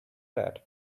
that